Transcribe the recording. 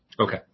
Okay